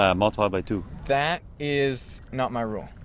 ah multiply by two? that is. not my rule.